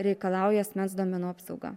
reikalauja asmens duomenų apsauga